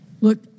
Look